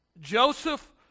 Joseph